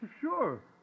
Sure